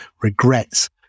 regrets